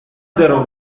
درو